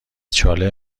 چاله